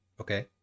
Okay